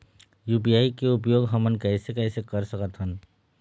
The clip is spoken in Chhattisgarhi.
यू.पी.आई के उपयोग हमन कैसे कैसे कर सकत हन?